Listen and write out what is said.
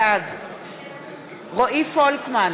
בעד רועי פולקמן,